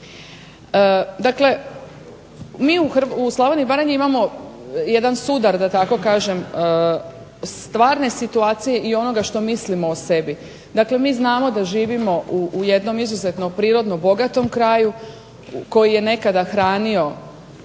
Dakle, mi u Slavoniji i Baranji imamo jedan sudar, da tako kažem, stvarne situacije i onoga što mislimo o sebi. Dakle, mi znamo da živimo u jednom izuzetno prirodno bogatom kraju koji je nekada hranio